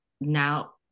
now